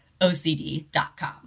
OCD.com